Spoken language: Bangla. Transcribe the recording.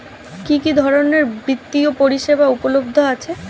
কি কি ধরনের বৃত্তিয় পরিসেবা উপলব্ধ আছে?